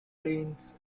planes